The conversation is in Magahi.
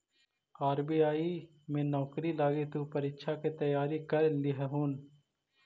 आर.बी.आई में नौकरी लागी तु परीक्षा के तैयारी कर लियहून